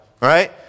right